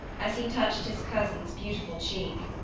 as he touched his cousin's beautiful cheek.